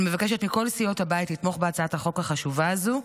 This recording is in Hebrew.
אני מבקשת מכל סיעות הבית לתמוך בהצעת החוק החשובה הזאת,